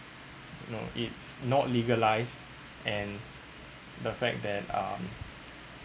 no it's not legalised and the fact that um